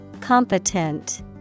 Competent